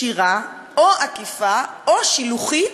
ישירה, או עקיפה או שילוחית,